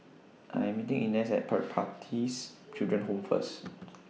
I'm meeting Ines At Pertapis Children Home First